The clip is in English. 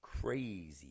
crazy